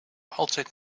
altijd